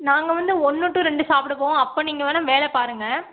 நாங்கள் வந்து ஒன்று டு ரெண்டு சாப்பிட போவோம் அப்போ நீங்கள் வேணால் வேலை பாருங்கள்